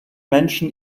menschen